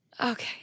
Okay